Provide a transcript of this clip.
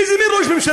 איזה מין ראש ממשלה?